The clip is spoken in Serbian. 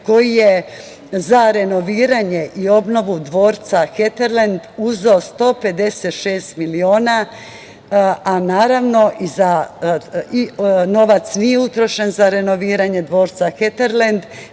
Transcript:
koji je za renoviranje i obnovu dvorca Heterlend uzeo 156 miliona, a naravno novac nije utrošen za renoviranje dvorca Heterlend,